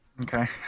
okay